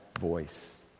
voice